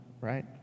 right